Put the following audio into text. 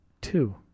Two